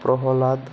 Prahlad